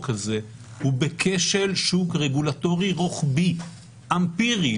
הזה הוא בכשל שוק רגולטורי רוחבי אמפירי,